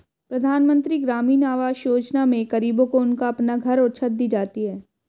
प्रधानमंत्री ग्रामीण आवास योजना में गरीबों को उनका अपना घर और छत दी जाती है